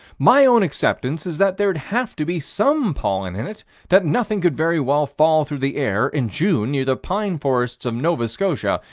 my own acceptance is that there'd have to be some pollen in it that nothing could very well fall through the air, in june, near the pine forests of nova scotia,